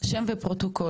שם לפרוטוקול.